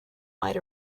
might